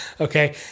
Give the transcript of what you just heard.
Okay